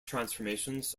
transformations